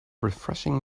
refreshing